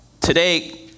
today